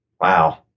wow